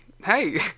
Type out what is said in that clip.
Hey